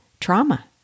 trauma